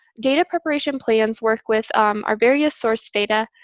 data preparation plans work with our various source data.